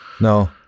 No